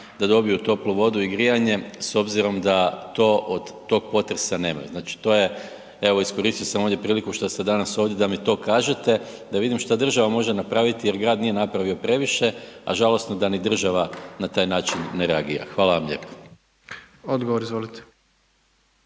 da dobiju toplu vodu i grijanje s obzirom da to, od tog potresa nemaju. Znači, to je, evo iskoristio sam ovdje priliku što ste danas ovdje da mi to kažete da vidim šta država može napraviti jer grad nije napravio previše, a žalosno da ni država na taj način ne reagira. Hvala vam lijepo. **Jandroković,